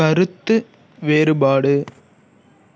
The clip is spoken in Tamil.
கருத்து வேறுபாடு